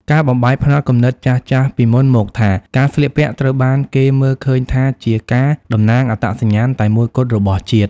ការបំបែកផ្នត់គំនិតចាស់ៗ ពីមុនមកថា ការស្លៀកពាក់ត្រូវបានគេមើលឃើញថាជាការតំណាងអត្តសញ្ញាណតែមួយគត់របស់ជាតិ។